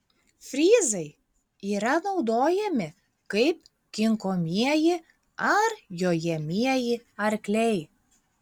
fryzai yra naudojami kaip kinkomieji ar jojamieji arkliai